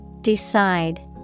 Decide